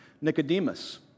Nicodemus